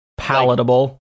Palatable